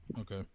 Okay